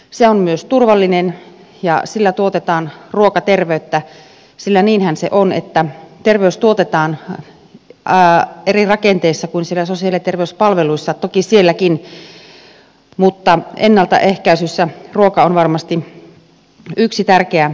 se on myös turvallinen ja sillä tuotetaan ruokaterveyttä sillä niinhän se on että terveys tuotetaan eri rakenteissa kuin siellä sosiaali ja terveyspalveluissa toki sielläkin mutta ennaltaehkäisyssä ruoka on varmasti yksi tärkeä tekijä